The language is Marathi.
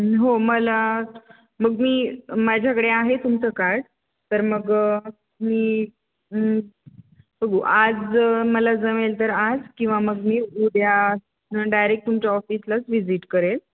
हो मला मग मी माझ्याकडे आहे तुमचं कार्ड तर मग मी बघू आज मला जमेल तर आज किंवा मग मी उद्या डायरेक्ट तुमच्या ऑफिसलाच व्हिजिट करेल